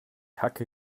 hacke